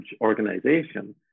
organization